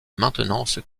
maintenance